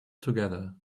together